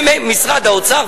וממשרד האוצר,